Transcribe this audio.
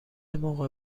موقع